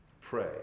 Pray